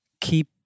keep